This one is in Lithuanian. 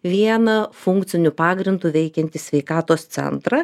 vieną funkciniu pagrindu veikiantį sveikatos centrą